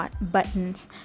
buttons